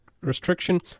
restriction